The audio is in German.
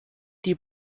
die